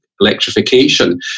electrification